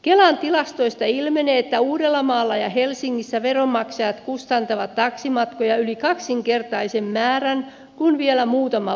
kelan tilastoista ilmenee että uudellamaalla ja helsingissä veronmaksajat kustantavat taksimatkoja yli kaksinkertaisen määrän verrattuna tilanteeseen vielä muutama vuosi sitten